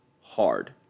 hard